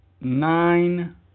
nine